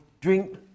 drink